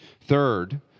Third